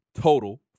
total